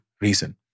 reason